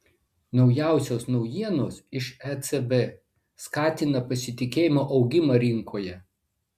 naujausios naujienos iš ecb skatina pasitikėjimo augimą rinkoje